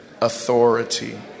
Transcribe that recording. authority